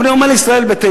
אבל אני אומר לישראל ביתנו: